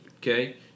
okay